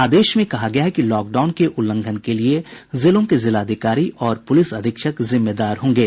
आदेश में कहा गया है कि लॉकडाउन के उल्लंघन के लिए जिलों के जिलाधिकारी और पुलिस अधीक्षक जिम्मेदार होंगे